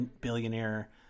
billionaire